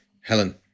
Helen